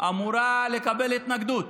אמורה לקבל התנגדות?